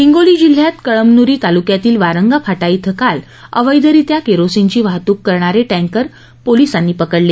हिंगोली जिल्ह्यात कळमनुरी तालुक्यातील वारंगा फाटा इथं काल अवैधरित्या केरोसीनची वाहतूक करणारे टँकर काल रात्री पोलिसांनी पकडले